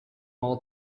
all